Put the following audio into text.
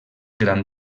gran